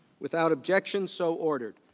without objection so ordered.